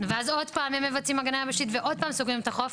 ואז עוד פעם הם מבצעים הגנה יבשתית ועוד פעם סוגרים את החוף,